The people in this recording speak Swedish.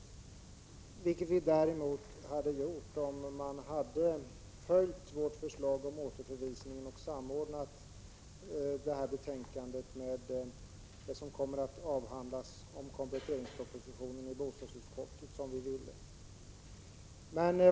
Det hade vi däremot gjort, om socialdemokraterna och vpk hade följt vårt förslag om återförvisning och samordnat det här betänkandet med det som bostadsutskottet kommer att avge med anledning av kompletteringspropositionen.